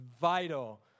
vital